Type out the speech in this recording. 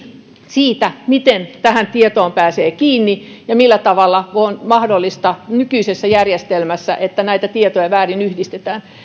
siitä miten tähän tietoon pääsee kiinni ja millä tavalla on mahdollista nykyisessä järjestelmässä että näitä tietoja väärin yhdistetään